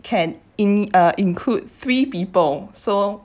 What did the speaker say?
can in uh include three people so